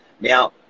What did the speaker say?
Now